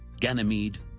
ganymede,